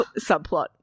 subplot